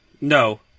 No